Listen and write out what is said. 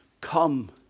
come